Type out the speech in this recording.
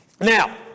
Now